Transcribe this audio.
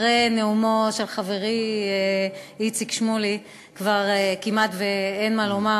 אחרי נאומו של חברי איציק שמולי כבר כמעט אין מה לומר,